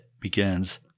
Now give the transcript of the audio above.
begins